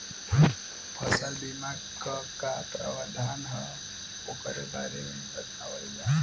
फसल बीमा क का प्रावधान हैं वोकरे बारे में बतावल जा?